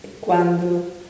quando